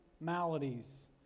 maladies